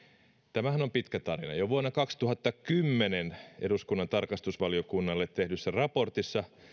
tämähän on pitkä tarina jo vuonna kaksituhattakymmenen eduskunnan tarkastusvaliokunnalle tehdyssä raportissa